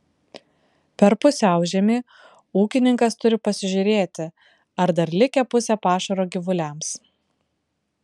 per pusiaužiemį ūkininkas turi pasižiūrėti ar dar likę pusė pašaro gyvuliams